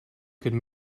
could